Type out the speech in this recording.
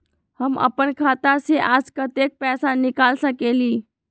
हम अपन खाता से आज कतेक पैसा निकाल सकेली?